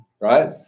right